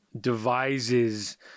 devises